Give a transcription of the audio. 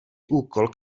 úkol